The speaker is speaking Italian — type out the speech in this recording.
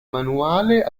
manuale